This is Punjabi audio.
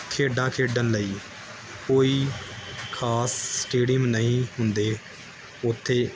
ਖੇਡਾਂ ਖੇਡਣ ਲਈ ਕੋਈ ਖਾਸ ਸਟੇਡੀਅਮ ਨਹੀਂ ਹੁੰਦੇ ਉੱਥੇ